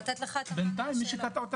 בינתיים את קוטעת.